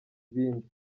ibindi